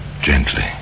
Gently